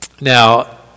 Now